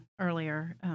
earlier